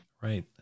right